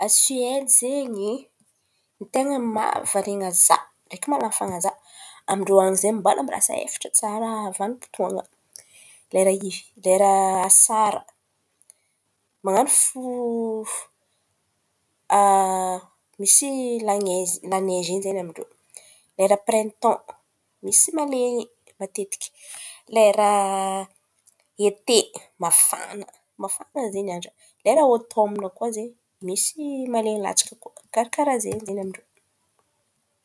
A Soedy zen̈y, ten̈a mavarian̈a za ndraiky mahalany fan̈ahy za. An-drô an̈y zen̈y mbala mirasa efatra tsara vanim-potoan̈a. Lera izy lera asara, man̈ano fo neizy misy la neizy zen̈y amin-drô. Lera praintan misy malen̈y matetiky. Lera ete mafana, mafana zen̈y andra. Lera ôtôma koa zen̈y, misy malen̈y latsaka koa. Karkaràha zen̈y ny amin-drô.